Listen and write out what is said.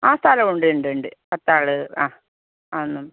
ആ സ്ഥലമുണ്ട് ഉണ്ട് ഉണ്ട് പത്ത് ആൾ ആ ആണ്